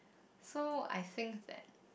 so I think that